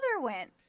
went